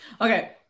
Okay